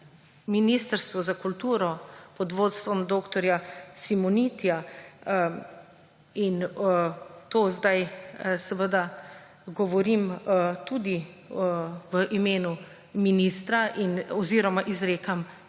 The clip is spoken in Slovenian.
Ministrstvo za kulturo, pod vodstvom dr. Simonitija in to zdaj seveda govorim tudi v imenu ministra oziroma izrekam izrecno